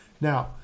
Now